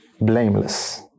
blameless